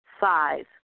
Five